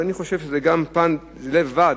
אז אני חושב שזה גם פן, לבד,